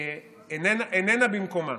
איננה במקומה.